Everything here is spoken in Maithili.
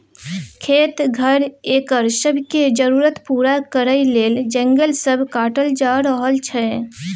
खेत, घर, एकर सब के जरूरत पूरा करइ लेल जंगल सब काटल जा रहल छै